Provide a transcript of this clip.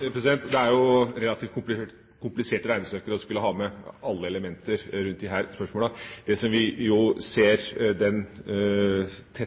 Det blir jo relativt kompliserte regnestykker hvis en skulle ha med alle elementer rundt disse spørsmålene. Det vi ser